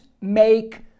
make